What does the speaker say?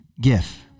GIF